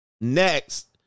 next